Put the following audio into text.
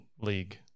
league